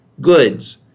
goods